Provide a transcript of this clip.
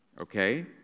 okay